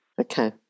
Okay